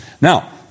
Now